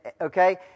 okay